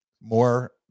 More